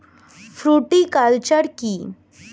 Fruticulture কী?